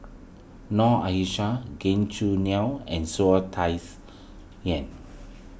Noor Aishah Gan Choo Neo and saw a Tsai Yen